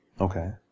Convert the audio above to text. Okay